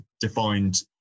defined